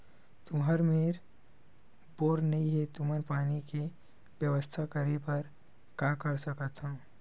तुहर मेर बोर नइ हे तुमन पानी के बेवस्था करेबर का कर सकथव?